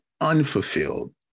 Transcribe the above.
unfulfilled